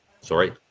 Sorry